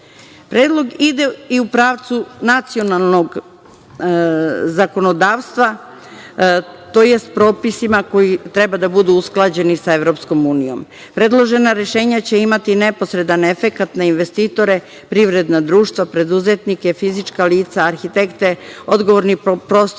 ide i u pravcu nacionalnog zakonodavstva, tj. propisima koji treba da budu usklađeni sa EU. Predložena rešenja će imati neposredan efekat na investitore, privredna društva, preduzetnike, fizička lica, arhitekte, odgovorne i prostorne